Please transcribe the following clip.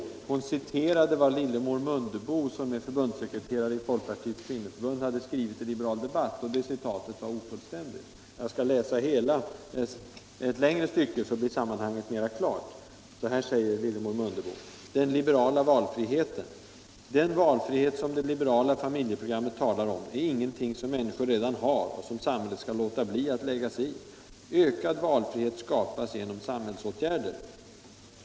Fröken Mattson citerade vad Lillemor Mundebo, förbundssekreterare i Folkpartiets kvinnoförbund, hade skrivit i tidskriften Liberal debatt nr 4 år 1975, men det citatet var ofullständigt. Jag skall här läsa ett längre stycke, så blir sammanhanget mer klart. Så här skriver Lillemor Mundebo under rubriken Den liberala valfriheten: ”Den valfrihet som det liberala familjeprogrammet talar om är ingenting som människor redan har och som samhället skall låta bli att lägga sig i. Ökad valfrihet skapas genom samhällsåtgärder.